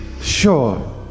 Sure